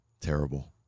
Terrible